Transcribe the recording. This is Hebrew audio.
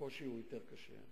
הקושי הוא יותר גדול.